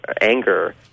anger